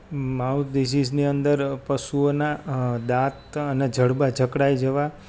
mouth ડિસિસની અંદર પશુઓના દાંતને જડબા જકડાઈ જવા